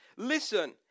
Listen